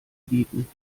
bieten